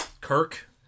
Kirk